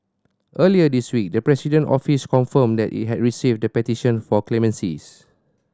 earlier this week the President Office confirmed that it had received the petition for clemency